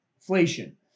inflation